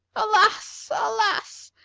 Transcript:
alas! alas!